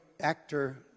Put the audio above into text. actor